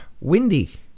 windy